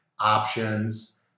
options